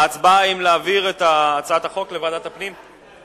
ההצבעה היא האם להפוך את הצעת החוק להצעה